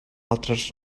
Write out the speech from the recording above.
altres